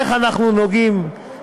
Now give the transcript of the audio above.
איך אנחנו נוגעים